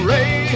Ray